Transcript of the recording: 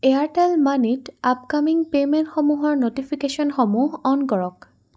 Airtel মানিত upcoming পে'মেণ্টসমূহৰ ন'টিফিকেশ্যনসমূহ অ'ন কৰক